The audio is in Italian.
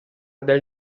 del